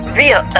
real